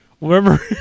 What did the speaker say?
remember